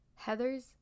Heathers